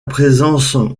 présence